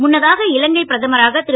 முன்னதாக இலங்கை பிரதமராக ரு